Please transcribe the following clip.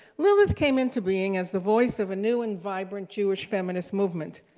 lilith came into being as the voice of a new and vibrant jewish feminist movement.